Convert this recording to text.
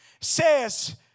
says